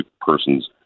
persons